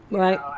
right